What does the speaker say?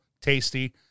tasty